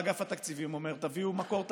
בא אגף התקציבים ואומר: תביאו מקור תקציבי,